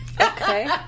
Okay